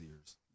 ears